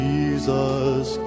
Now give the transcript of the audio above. Jesus